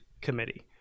committee